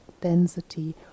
density